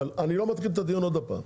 אבל אני לא מתחיל את הדיון עוד הפעם.